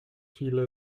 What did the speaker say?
viele